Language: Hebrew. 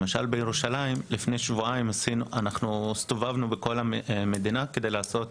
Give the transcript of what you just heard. אנחנו הסתובבנו בכל המדינה כדי לעשות